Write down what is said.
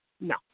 No